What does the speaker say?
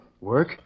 Work